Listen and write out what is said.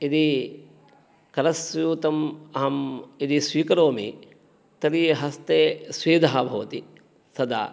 यदि करस्स्यूतम् अहं यदि स्वीकरोमि तर्हि हस्ते स्वेदः भवति सदा